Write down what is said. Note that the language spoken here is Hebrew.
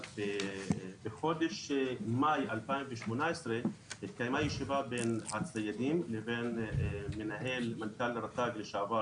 אבל בחודש מאי 2018 התקיימה ישיבה בין הציידים לבין מנכ"ל רט"ג לשעבר,